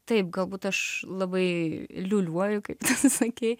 taip galbūt aš labai liūliuoju kaip sakei